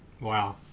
Wow